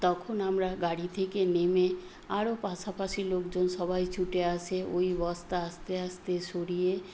তখন আমরা গাড়ি থেকে নেমে আরও পাশাপাশি লোকজন সবাই ছুটে আসে ওই বস্তা আস্তে আস্তে সরিয়ে